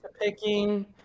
picking